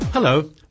Hello